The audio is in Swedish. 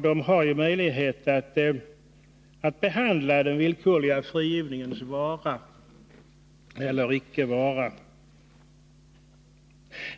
Den har ju möjlighet att föreslå den villkorliga frigivningens vara eller inte vara.